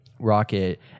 Rocket